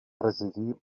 residir